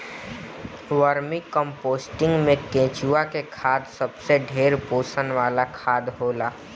vermi composting में केचुआ के खाद सबसे ढेर पोषण वाला खाद होला